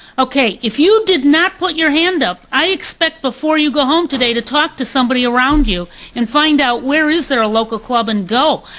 okay. if you did not put your hand up, i expect before you go home today to talk to somebody around you and find out where is there a local club and go.